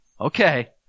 Okay